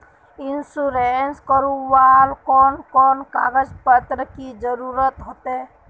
Insurance करावेल कोन कोन कागज पत्र की जरूरत होते?